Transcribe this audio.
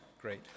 great